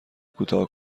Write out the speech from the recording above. کوتاه